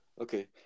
Okay